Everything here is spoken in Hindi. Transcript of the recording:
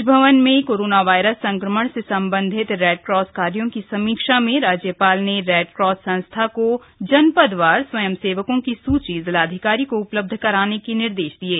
राजभवन में कोरोना वायरस संक्रमण से संबंधित रेडक्रास कार्यो की समीक्षा में राज्यपाल ने रेडक्रॉस संस्था को जनपद वार स्वयंसेवकों की सुची जिलाधिकारी को उपलब्ध कराने के निर्देश दिये